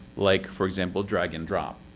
like, for example, drag and drop.